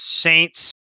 saints